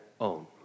own